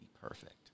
perfect